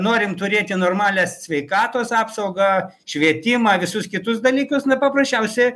norim turėti normalią sveikatos apsaugą švietimą visus kitus dalykus na paprasčiausiai